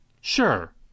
Sure